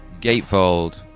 gatefold